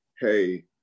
Hey